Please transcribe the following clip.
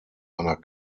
einer